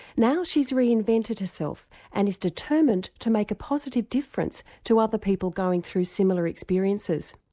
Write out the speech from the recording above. now she's reinvented herself and is determined to make a positive difference to other people going through similar experiences.